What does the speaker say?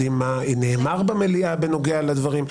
יודעים מה נאמר במליאה בנוגע לדברים,